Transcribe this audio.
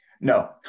no